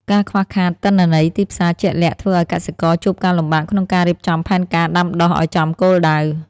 ការខ្វះខាតទិន្នន័យទីផ្សារជាក់លាក់ ធ្វើឱ្យកសិករជួបការលំបាកក្នុងការរៀបចំផែនការដាំដុះឱ្យចំគោលដៅ។